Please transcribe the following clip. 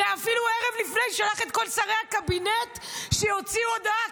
ואפילו ערב לפני שלח את כל שרי הקבינט שיוציאו הודעה.